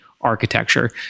architecture